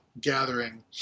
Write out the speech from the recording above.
gathering